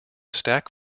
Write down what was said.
stack